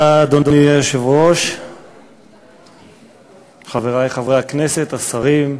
אדוני היושב-ראש, תודה, חברי חברי הכנסת, השרים,